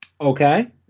Okay